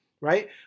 right